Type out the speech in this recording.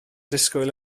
disgwyl